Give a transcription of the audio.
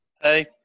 Hey